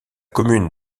commune